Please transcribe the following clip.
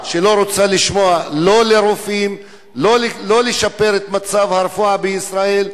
שלא רוצה לא לשמוע לרופאים ולא לשפר את מצב הרפואה בישראל.